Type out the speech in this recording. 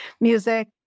music